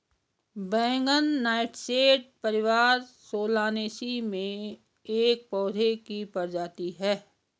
बैंगन नाइटशेड परिवार सोलानेसी में एक पौधे की प्रजाति है